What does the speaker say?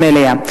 מליאה.